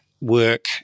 work